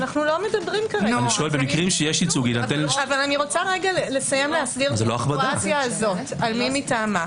אני רוצה לסיים להסביר את המצב של מי מטעמה.